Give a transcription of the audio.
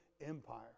Empire